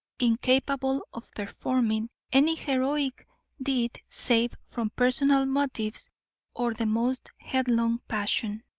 incapable of performing any heroic deed save from personal motives or the most headlong passion.